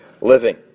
living